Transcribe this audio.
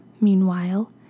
meanwhile